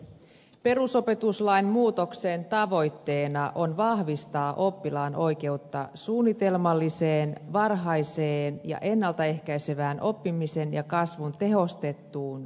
perusopetuslain muutoksen tavoitteena on vahvistaa oppilaan oikeutta suunnitelmalliseen varhaiseen ja ennalta ehkäisevään oppimisen ja kasvun tehostettuun tukeen